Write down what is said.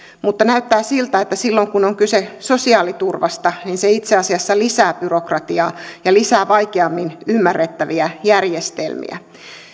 mutta näyttää siltä että silloin kun on kyse sosiaaliturvasta niin se itse asiassa lisää byrokratiaa ja lisää vaikeammin ymmärrettäviä järjestelmiä